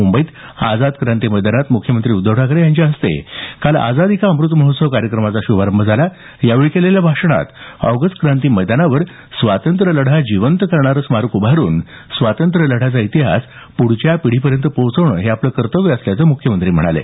मुंबईत आझाद क्रांती मैदानात मुख्यमंत्री उद्धव ठाकरे यांच्या हस्ते काल आजादी का अमूत महोत्सव कार्यक्रमाचा श्भारंभ झाला यावेळी केलेल्या भाषणात ऑगस्ट क्रांती मैदानावर स्वातंत्र्यलढा जिवंत करणारं स्मारक उभारून स्वातंत्र्य लढ्याचा इतिहास प्रुढच्या पिढीपर्यंत पोहोचवणं हे आपलं कर्तव्य असल्याचं मुख्यमंत्री म्हणाले